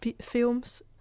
films